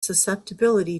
susceptibility